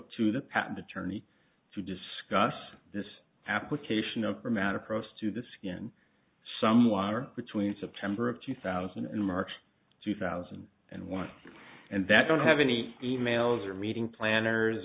to the patent attorney to discuss this application of them out across to the skin some wire between september of two thousand and march two thousand and one and that don't have any e mails or meeting planners